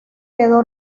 quedó